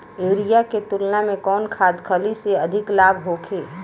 Urea के तुलना में कौन खाध खल्ली से अधिक लाभ होखे?